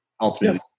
ultimately